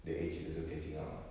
the age is also catching up ah